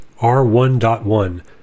R1.1